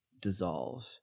dissolve